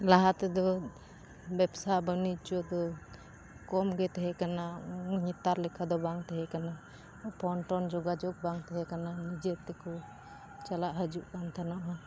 ᱞᱟᱦᱟᱛᱮ ᱫᱚ ᱵᱮᱵᱽᱥᱟ ᱵᱟᱹᱱᱤᱡᱽᱡᱚ ᱫᱚ ᱠᱚᱢᱜᱮ ᱛᱟᱦᱮᱸ ᱠᱟᱱᱟ ᱱᱮᱛᱟᱨ ᱞᱮᱠᱟᱫᱚ ᱵᱟᱝ ᱛᱟᱦᱮᱸ ᱠᱟᱱᱟ ᱵᱚᱱᱴᱚᱱ ᱡᱳᱜᱟᱡᱳᱜᱽ ᱵᱟᱝ ᱛᱟᱦᱮᱸ ᱠᱟᱱᱟ ᱱᱤᱡᱮᱛᱮᱠᱚ ᱪᱟᱞᱟᱜ ᱦᱤᱡᱩᱜᱠᱟᱱ ᱛᱟᱦᱮᱱᱚᱜᱼᱟ